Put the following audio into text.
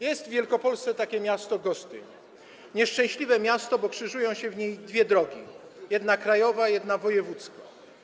Jest w Wielkopolsce takie miasto Gostyń, nieszczęśliwe miasto, bo krzyżują się w nim dwie drogi, jedna krajowa, jedna wojewódzka.